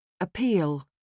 Appeal